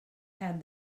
had